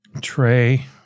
tray